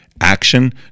action